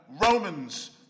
Romans